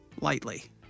lightly